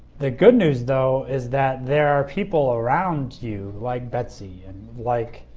the good news though is that there are people around you like betsy and like